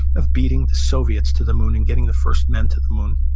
of beating the soviets to the moon and getting the first men to the moon,